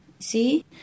see